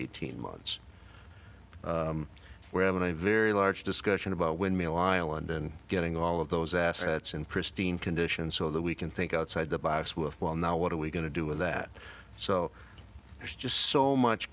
eighteen months where i'm in a very large discussion about windmill island and getting all of those assets in pristine condition so that we can think outside the box with well now what are we going to do with that so there's just so much